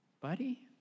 Buddy